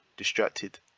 Distracted